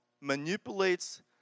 manipulates